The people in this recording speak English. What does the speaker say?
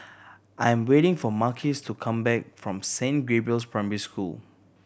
I am waiting for Marquis to come back from Saint Gabriel's Primary School